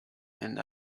and